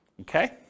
Okay